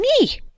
Me